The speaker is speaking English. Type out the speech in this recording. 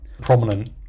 prominent